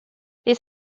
this